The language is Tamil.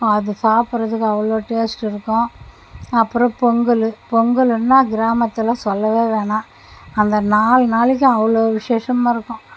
அது சாப்பிட்றதுக்கு அவ்வளோ டேஸ்ட் இருக்கும் அப்புறம் பொங்கலு பொங்கலுன்னா கிராமத்தில் சொல்லவே வேணாம் அந்த நாலு நாளைக்கும் அவ்வளோ விஷேஷமாக இருக்கும்